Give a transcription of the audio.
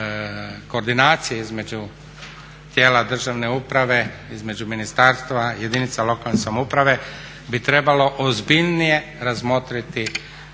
koordinacije između tijela državne uprave, između ministarstva, jedinica lokalne samouprave bi trebalo ozbiljnije razmotriti